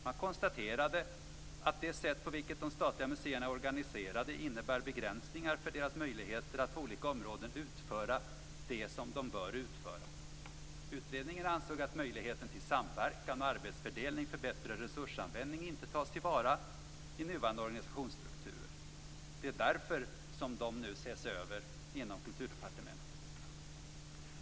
Man konstaterade att det sätt på vilket de statliga museerna är organiserade innebär begränsningar för deras möjligheter att på olika områden utföra det som de bör utföra. Utredningen ansåg att möjligheten till samverkan och arbetsfördelning för bättre resursanvändning inte tas till vara i nuvarande organisationsstrukturer. Det är därför som de nu ses över inom Kulturdepartementet.